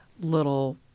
little